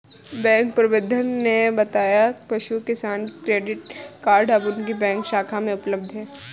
bank प्रबंधक ने बताया पशु किसान क्रेडिट कार्ड अब उनकी बैंक शाखा में उपलब्ध है